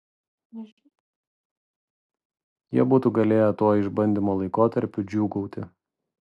jie būtų galėję tuo išbandymo laikotarpiu džiūgauti